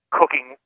cooking